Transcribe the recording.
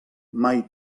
mai